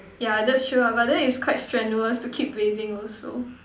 yeah that's true ah but then it's quite strenuous to keep bathing also